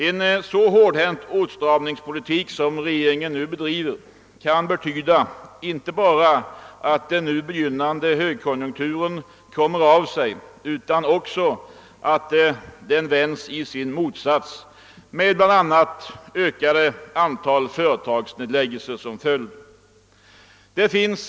En så hårdhänt åtstramningspolitik som regeringen nu bedriver kan betyda inte bara att den nu begynnande högkonjunkturen kommer av sig, utan också att den vändes i sin motsats med bl.a. ett ökat antal företagsnedläggningar som följd.